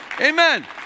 Amen